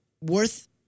worth